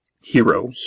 Hero